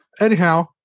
Anyhow